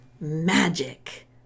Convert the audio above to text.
magic